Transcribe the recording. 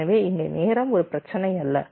எனவே இங்கே நேரம் ஒரு பிரச்சினை அல்ல